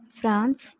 France